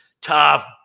tough